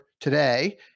today